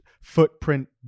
footprint